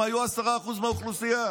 הם היו 10% מהאוכלוסייה.